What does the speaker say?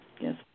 yes